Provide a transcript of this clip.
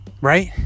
right